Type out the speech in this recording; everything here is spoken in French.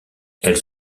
elle